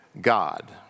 God